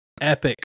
epic